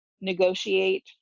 negotiate